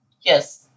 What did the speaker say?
Yes